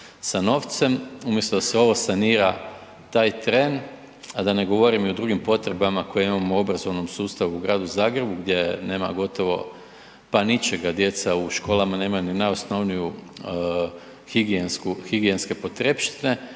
sa novcem, umjesto da se ovo sanira taj tren, a da ne govorim o drugim potrebama koje imamo u obrazovnom sustavu u gradu Zagrebu gdje nema gotovo pa ničega. Djeca u školama nemaju ni najosnovnije higijenske potrepštine,